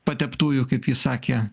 pateptųjų kaip jis sakė